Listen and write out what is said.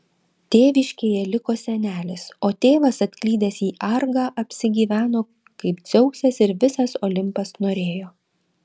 tėviškėje liko senelis o tėvas atklydęs į argą apsigyveno kaip dzeusas ir visas olimpas norėjo